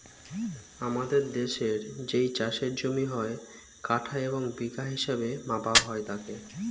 আমাদের দেশের যেই চাষের জমি হয়, কাঠা এবং বিঘা হিসেবে মাপা হয় তাকে